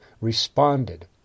responded